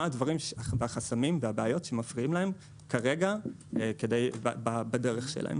מה הדברים והחסמים והבעיות שמפריעים להם כרגע בדרך שלהם?